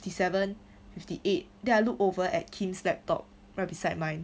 fifty seven fifty eight then I look over at kim's laptop right beside mine